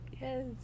Yes